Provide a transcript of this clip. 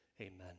Amen